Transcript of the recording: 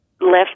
left